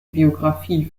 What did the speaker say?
biografie